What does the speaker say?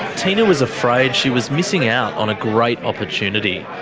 tina was afraid she was missing out on a great opportunity.